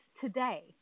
today